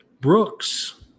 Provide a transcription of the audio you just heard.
Brooks